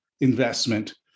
investment